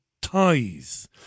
ties